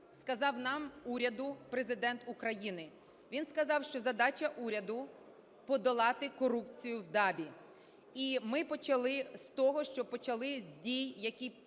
сказав нам, уряду Президент України. Він сказав, що задача уряду – подолати корупцію в ДАБІ. І ми почали з того, що почали з дій, які